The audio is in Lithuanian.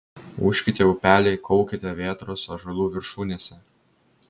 ūžkite upeliai kaukite vėtros ąžuolų viršūnėse